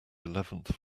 eleventh